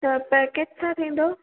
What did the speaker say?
त पेकेज छा थींदो